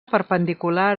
perpendicular